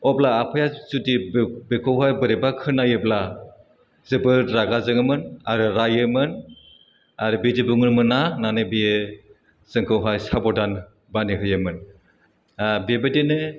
अब्ला आफाया जुदि बे बेखौहाय बेरैबा खोनायोब्ला जोबोर रागा जोङोमोन आरो रायोमोन आरो बिदि बुंनो मोना होन्नानै बे जोंखौहाय साब'दान बानाय होयोमोन बेबायदिनो